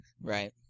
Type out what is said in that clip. Right